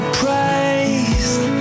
praised